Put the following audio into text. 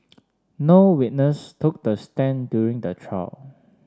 no witness took the stand during the trial